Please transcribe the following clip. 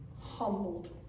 humbled